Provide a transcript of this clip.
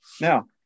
Now